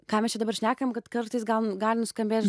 ką mes čia dabar šnekam kad kartais gal gali nuskambėt